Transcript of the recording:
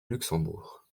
luxembourg